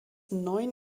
neun